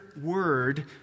word